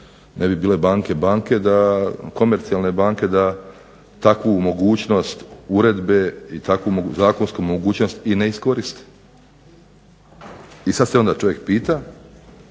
ne bi bile banke banke da komercijalne banke da takvu mogućnost uredbe i takvu zakonsku mogućnost i ne iskoriste. I sad se onda čovjek pita